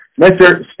Mr